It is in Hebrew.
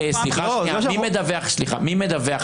מי מדווח לכם על האירוע?